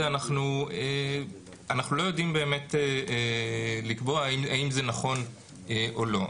אנחנו לא יודעים באמת לקבוע האם זה נכון או לא.